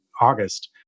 August